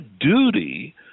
duty